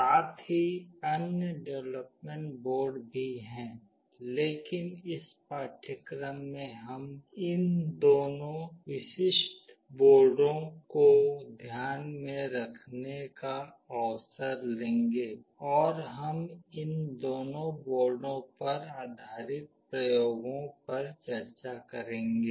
साथ ही अन्य डेवलपमेंट बोर्ड भी हैं लेकिन इस पाठ्यक्रम में हम इन दोनों विशिष्ट बोर्डों को ध्यान में रखने का अवसर लेंगे और हम इन दोनों बोर्डों पर आधारित प्रयोगों पर चर्चा करेंगे